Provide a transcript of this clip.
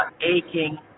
aching